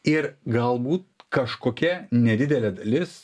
ir galbūt kažkokia nedidelė dalis